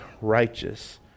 righteous